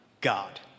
God